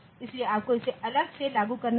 इसलिए आपको इसे अलग से लागू करना होगा